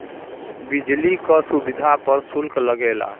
बिजली क सुविधा पर सुल्क लगेला